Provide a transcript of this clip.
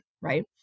right